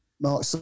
Mark